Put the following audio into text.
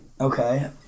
Okay